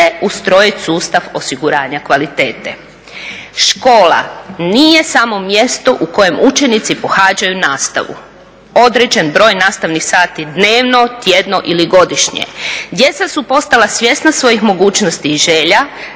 ustrojiti sustav osiguranja kvalitete. Škola nije samo mjesto u kojem učenici pohađaju nastavu, određen broj nastavnih sati dnevno, tjedno ili godišnje. Djeca su postala svjesna svojih mogućnosti i želja,